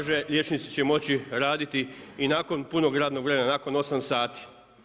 Kaže, liječnici će moći raditi i nakon punog radnog vremena, nakon 8 sati.